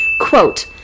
quote